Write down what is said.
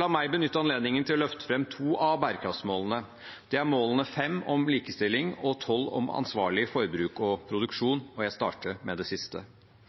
La meg benytte anledningen til å løfte fram to av bærekraftsmålene. Det er målene nr. 5, om likestilling, og nr. 12, om ansvarlig forbruk og produksjon. Jeg starter med det siste.